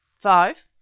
five.